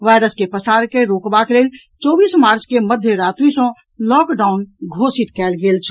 virus के पसार के रोकबाक लेल चौबीस मार्च के मध्य रात्रि सँ लॉकडाउन घोषित कएल गेल छल